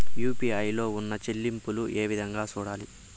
UPI లో ఉన్న చెల్లింపులు ఏ విధంగా సూడాలి